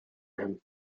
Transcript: him